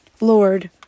Lord